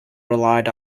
relied